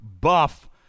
buff